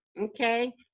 okay